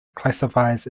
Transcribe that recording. classifies